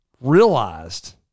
realized